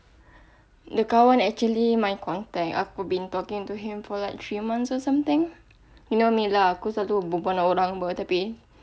the kawan actually my contact aku been talking to him for like three months or something you know me lah aku selalu berbual dengan orang [pe] tapi